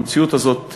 המציאות הזאת,